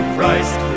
Christ